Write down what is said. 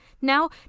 Now